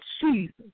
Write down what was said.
Jesus